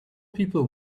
people